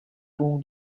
pół